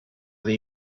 the